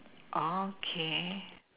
okay